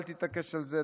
אל תתעקש על זה,